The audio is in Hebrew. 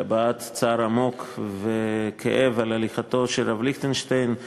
להבעת צער עמוק וכאב על הליכתו של הרב ליכטנשטיין.